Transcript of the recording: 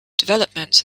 development